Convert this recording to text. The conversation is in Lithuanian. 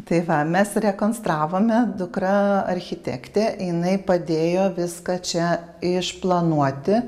tai va mes rekonstravome dukra architektė jinai padėjo viską čia išplanuoti